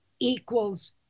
equals